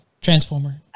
Transformer